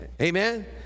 Amen